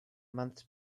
months